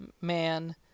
man